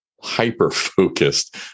hyper-focused